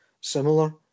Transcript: similar